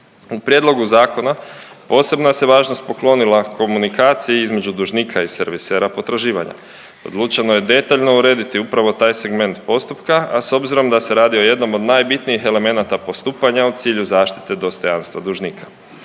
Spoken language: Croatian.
U prijedlogu zakona posebna se važnost poklonila komunikaciji između dužnika i servisera potraživanja. Odlučeno je detaljno urediti upravo taj segment postupka, a s obzirom da se radi o jednom od najbitnijih elemenata postupanja u cilju zaštite dostojanstva dužnika.